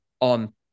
on